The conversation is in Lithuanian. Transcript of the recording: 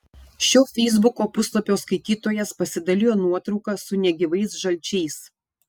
šio feisbuko puslapio skaitytojas pasidalijo nuotrauka su negyvais žalčiais